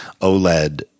OLED